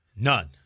None